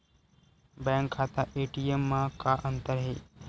Bank खाता ATM मा का अंतर हे?